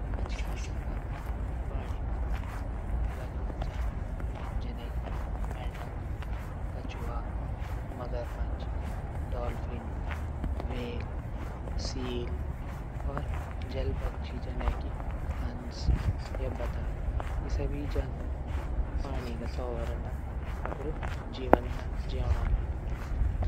मछली अलावा पाणी मा रौण वल अलग अलग जानवर जनई मेढक कछुआ मगरमच्छ डाल्फिन व्हेल सील और जल पक्षी जनेकी हंस बतख ई सभी जानवर पाणी तौल रैंदा